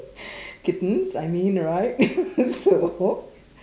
kittens I mean right so